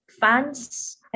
fans